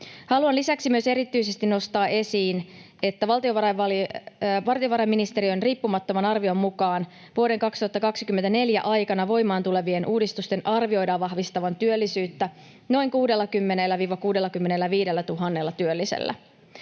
Haluan lisäksi erityisesti nostaa esiin myös sen, että valtiovarainministeriön riippumattoman arvion mukaan vuoden 2024 aikana voimaan tulevien uudistusten arvioidaan vahvistavan työllisyyttä noin 60 000—65 000 työllisellä.